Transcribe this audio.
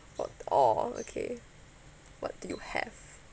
what oh okay what do you have